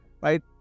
right